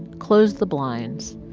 closed the blinds.